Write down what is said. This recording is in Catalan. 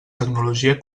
tecnologia